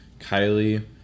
Kylie